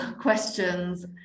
questions